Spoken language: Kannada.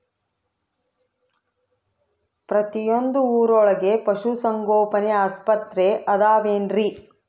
ಪ್ರತಿಯೊಂದು ಊರೊಳಗೆ ಪಶುಸಂಗೋಪನೆ ಆಸ್ಪತ್ರೆ ಅದವೇನ್ರಿ?